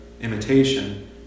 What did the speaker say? imitation